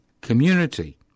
community